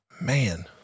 man